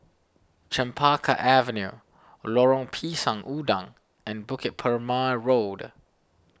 Chempaka Avenue Lorong Pisang Udang and Bukit Purmei Road